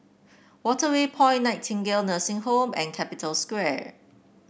Waterway Point Nightingale Nursing Home and Capital Square